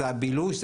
זה הבילוש,